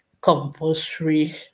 compulsory